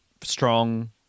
strong